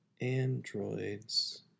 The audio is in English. Androids